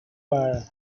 fire